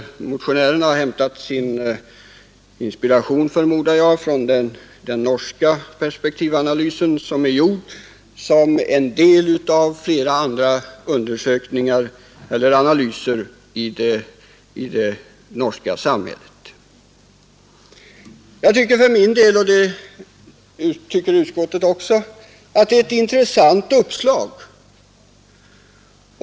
Motionärerna har, förmodar jag, hämtat sin inspiration från den norska perspektivanalysen, som är gjord som en del av flera andra analyser i det norska samhället. Jag tycker, och det gör utskottet också, att det är ett intressant uppslag.